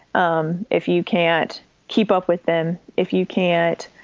um if you can't keep up with them, if you can't,